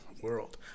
world